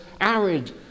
arid